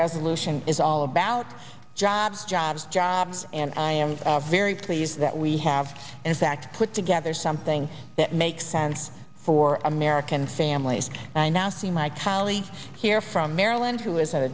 resolution is all about jobs jobs jobs and i am very pleased that we have in fact put together something that makes sense for american families and i now see my tally here from maryland who is